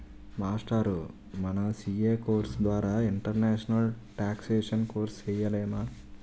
మాస్టారూ మన CA course ద్వారా ఇంటర్నేషనల్ టేక్సేషన్ కోర్సు సేయలేమా